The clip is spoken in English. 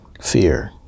fear